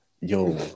Yo